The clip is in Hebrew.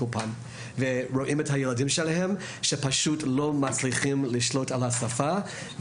אולפן ורואים שהילדים שלהם לא מצליחים לשלוט בשפה.